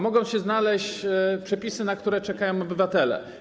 Mogą się znaleźć przepisy, na które czekają obywatele.